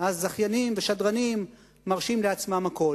זכיינים ושדרנים מרשים לעצמם הכול.